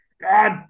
God